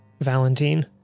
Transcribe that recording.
Valentine